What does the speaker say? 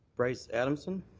bryce adamson.